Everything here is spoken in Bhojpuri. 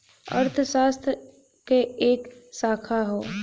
अर्थशास्त्र क एक शाखा हौ